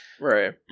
Right